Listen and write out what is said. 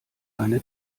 eine